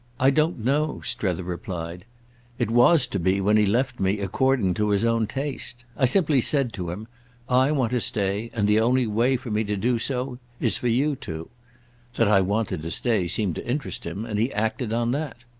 i don't know, strether replied it was to be, when he left me, according to his own taste. i simply said to him i want to stay, and the only way for me to do so is for you to that i wanted to stay seemed to interest him, and he acted on that.